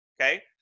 okay